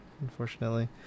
unfortunately